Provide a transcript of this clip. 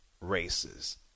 races